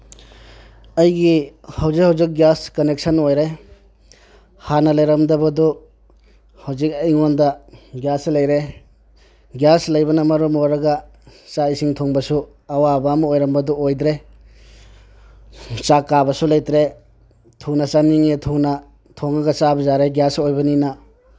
ꯑꯩꯒꯤ ꯍꯧꯖꯤꯛ ꯍꯧꯖꯤꯛ ꯒ꯭ꯌꯥꯁ ꯀꯅꯦꯛꯁꯟ ꯑꯣꯏꯔꯦ ꯍꯥꯟꯅ ꯂꯩꯔꯝꯗꯕꯗꯨ ꯍꯧꯖꯤꯛ ꯑꯩꯉꯣꯟꯗ ꯒ꯭ꯌꯥꯁ ꯂꯩꯔꯦ ꯒ꯭ꯌꯥꯁ ꯂꯩꯕꯅ ꯃꯔꯝ ꯑꯣꯏꯔꯒ ꯆꯥꯛ ꯏꯁꯤꯡ ꯊꯣꯡꯕꯁꯨ ꯑꯋꯥꯕ ꯑꯃ ꯑꯣꯏꯔꯝꯕꯗꯨ ꯑꯣꯏꯗ꯭ꯔꯦ ꯆꯥꯛ ꯀꯥꯕꯁꯨ ꯂꯩꯇ꯭ꯔꯦ ꯊꯨꯅ ꯆꯥꯅꯤꯡꯉꯦ ꯊꯨꯅ ꯊꯣꯡꯉꯒ ꯆꯥꯕꯁꯨ ꯌꯥꯔꯦ ꯒ꯭ꯌꯥꯁ ꯑꯣꯏꯕꯅꯤꯅ